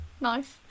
nice